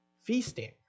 Feasting